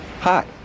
Hi